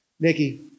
Nikki